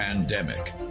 Pandemic